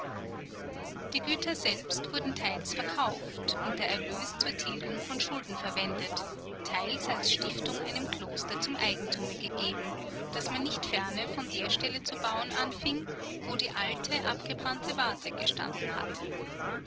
die güter selbst wurden teils verkauft und der erlös zur tilgung von schulden verwendet teils als stiftung einem kloster zu eigentume gegeben das man nicht fern von der stelle zu bauen anfing wo die alte abgebrannte warte gestanden hatte